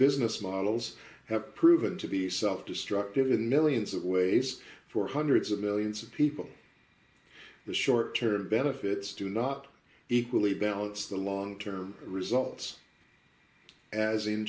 business models have proven to be self destructive in millions of ways for hundreds of millions of people the short term benefits do not equally balance the long term results as in